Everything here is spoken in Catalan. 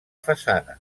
façana